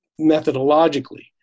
methodologically